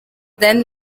then